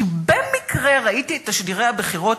כי במקרה ראיתי את תשדירי הבחירות,